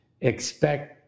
expect